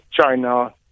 China